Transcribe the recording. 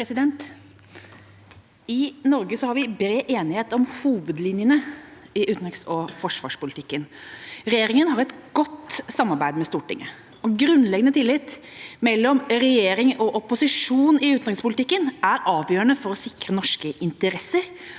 I Norge har vi bred enighet om hovedlinjene i utenriks- og forsvarspolitikken. Regjeringa har et godt samarbeid med Stortinget. Grunnleggende tillit mellom regjering og opposisjon i utenrikspolitikken er avgjørende for å sikre norske interesser